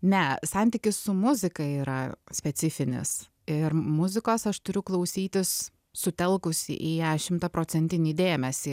ne santykis su muzika yra specifinis ir muzikos aš turiu klausytis sutelkusi į ją šimtaprocentinį dėmesį